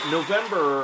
November